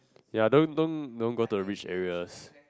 ya don't don't don't go to the rich areas